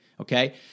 okay